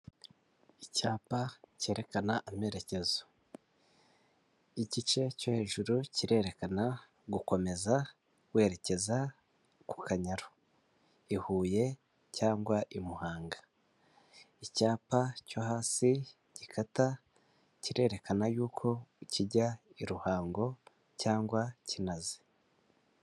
Icyapa cyerekana amerekezo. Igice cyo hejuru kirerekana gukomeza werekeza ku Kanyaru. I Huye, cyangwa i Muhanga. Icyapa cyo hasi gikata kirerekana yuko, kijya i Ruhango cyangwa Kinazi.